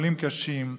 וחולים קשים,